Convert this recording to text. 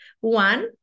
One